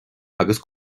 agus